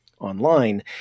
online